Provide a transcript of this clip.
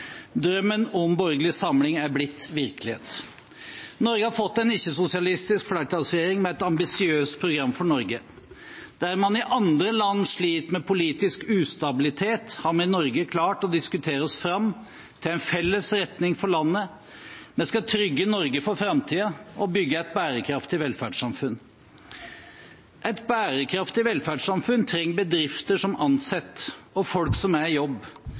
Drømmen om borgerlig samling er blitt virkelighet. Norge har fått en ikke-sosialistisk flertallsregjering med et ambisiøst program for Norge. Der man i andre land sliter med politisk ustabilitet, har vi i Norge klart å diskutere oss fram til en felles retning for landet. Vi skal trygge Norge for framtiden og bygge et bærekraftig velferdssamfunn. Et bærekraftig velferdssamfunn trenger bedrifter som ansetter, og folk som er i jobb.